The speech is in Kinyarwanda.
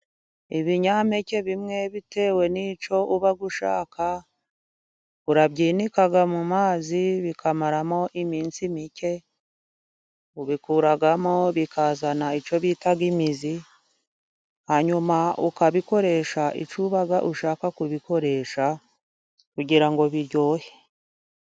Ibinyampeke bimwe bitewe n'icyo uba ushaka, urabyinika mu mazi bikamaramo iminsi mike. Ubikuramo bikazana icyo bita imizi, hanyuma ukabikoresha icyo uba ushaka kubikoresha kugira ngo biryohe.